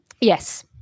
Yes